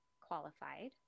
qualified